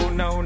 no